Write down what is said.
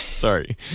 Sorry